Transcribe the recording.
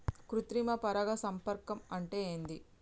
కృత్రిమ పరాగ సంపర్కం అంటే ఏంది?